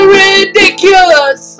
ridiculous